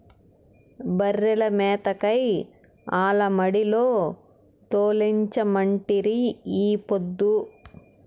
బర్రెల మేతకై ఆల మడిలో తోలించమంటిరి ఈ పొద్దు